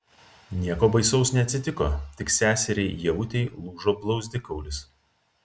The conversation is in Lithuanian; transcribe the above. nieko baisaus neatsitiko tik seseriai ievutei lūžo blauzdikaulis